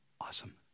awesome